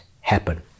happen